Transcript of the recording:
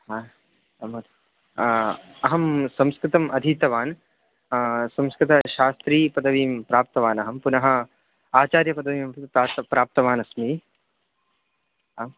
हा नम् अहं संस्कृतम् अधीतवान् संस्कृतशास्त्रिपदवीं प्राप्रवानहं पुनः आचार्यपदवीमपि प्राप् प्राप्तवानस्मि आम्